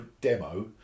demo